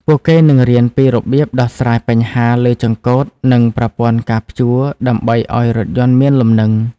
ពួកគេនឹងរៀនពីរបៀបដោះស្រាយបញ្ហាលើចង្កូតនិងប្រព័ន្ធការព្យួរដើម្បីឱ្យរថយន្តមានលំនឹង។